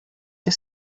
και